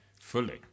fully